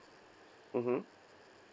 mmhmm